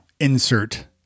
insert